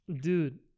Dude